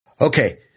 Okay